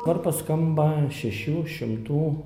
varpas skamba šešių šimtų